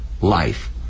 life